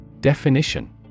Definition